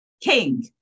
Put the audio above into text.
King